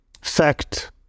fact